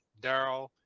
Daryl